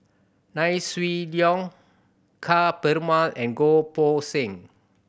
Nai Swee Yong Ka Perumal and Goh Poh Seng